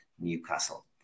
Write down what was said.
newcastle